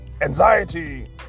anxiety